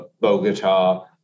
Bogota